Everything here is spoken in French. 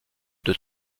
des